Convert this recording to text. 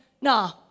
nah